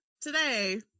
Today